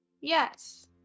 Yes